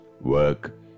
work